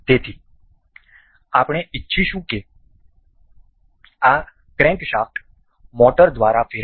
તેથી આપણે ઇચ્છીશું કે આ ક્રેન્કશાફ્ટ મોટર દ્વારા ફેરવાય